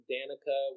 Danica